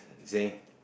you see